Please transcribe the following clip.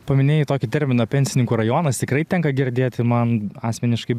paminėjai tokį terminą pensininkų rajonas tikrai tenka girdėti man asmeniškai